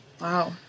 Wow